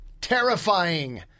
terrifying